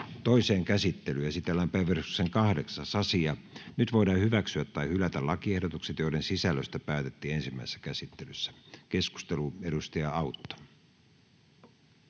Toiseen käsittelyyn esitellään päiväjärjestyksen 8. asia. Nyt voidaan hyväksyä tai hylätä lakiehdotukset, joiden sisällöstä päätettiin ensimmäisessä käsittelyssä. — Keskustelu, edustaja Autto.